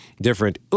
different